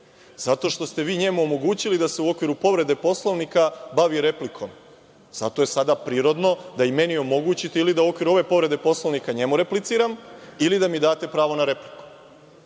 Zato što ste vi njemu omogućili da se u okviru povrede Poslovnika bavi replikom. Zato je sada prirodno da i meni omogućite ili da u okviru ove povrede Poslovnika njemu repliciram ili da mi date pravo na repliku. Dakle,